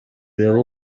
urebe